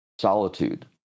solitude